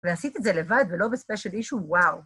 ועשית את זה לבד ולא בספיישל אישו, וואו.